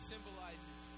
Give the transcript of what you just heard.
symbolizes